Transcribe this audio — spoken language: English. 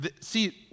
See